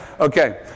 Okay